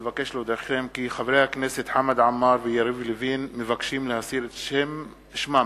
אבקש להודיעכם כי חברי הכנסת חמד עמאר ויריב לוין מבקשים להסיר את שמם